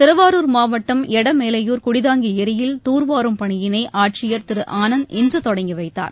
திருவாரூர் மாவட்டம் எடமேலையூர் குடிதாங்கி ஏரியில் தூர் வாரும் பனியினை ஆட்சியர் திரு ஆனந்த் இன்று தொடங்கி வைத்தார்